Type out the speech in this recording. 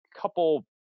couple